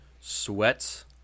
sweats